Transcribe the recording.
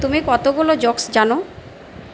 তুমি কতগুলো জোকস জানো